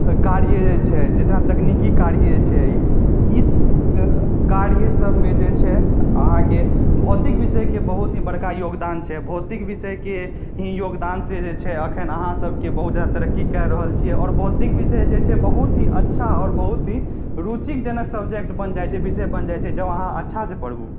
कार्य जे छै जितना तकनीकी कार्य छै ई कार्य सबमे जे छै अहाँके भौतिक विषयके बहुत ही बड़का योगदान छै भौतिक विषयके ही योगदानसँ जे छै अखैन अहाँ सबके बहुत ज्यादा तरक्की कए रहल छियै आओर भौतिक विषय जे छै बहुत ही अच्छा आओर बहुत ही रुचिक जनक सबजेक्ट बनि जाइ छै विषय बनि जाइ छै जब अहाँ अच्छासँ पढ़ू